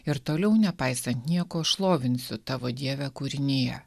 ir toliau nepaisant nieko šlovinsiu tavo dieve kūrinyje